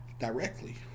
directly